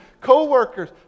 Co-workers